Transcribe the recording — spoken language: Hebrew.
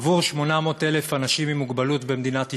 עבור 800,000 אנשים עם מוגבלות במדינת ישראל,